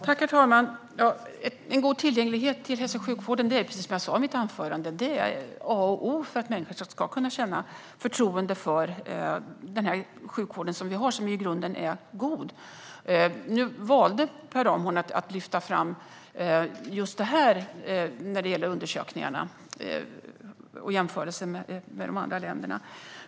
Herr talman! En god tillgänglighet till hälso och sjukvård är, precis som jag sa i mitt anförande, A och O för att människor ska kunna känna förtroende för den sjukvård vi har. Den är i grunden god. Nu valde Per Ramhorn att lyfta fram just undersökningen och jämförelsen med andra länder.